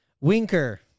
Winker